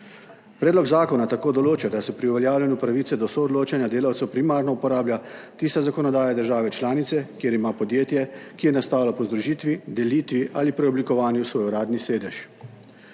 Predlog zakona tako določa, da se pri uveljavljanju pravice do soodločanja delavcev primarno uporablja tista zakonodaja države članice, kjer ima podjetje, ki je nastalo po združitvi, delitvi ali preoblikovanju, svoj uradni sedež.